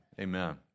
Amen